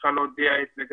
צריכה להודיע את זה.